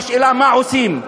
השאלה: מה עושים?